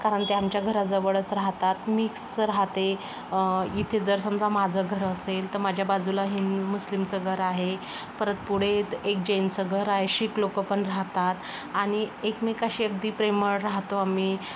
कारण ते आमच्या घराजवळच राहतात मिक्स राहते इथे जर समजा माझं घर असेल तर माझ्या बाजूला हीन मुस्लिमचं घर आहे परत पुढे एक जैनचं घर आहे शीख लोक पण राहतात आणि एकमेकाशी अगदी प्रेमळ राहतो आम्ही